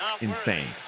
Insane